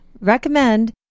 recommend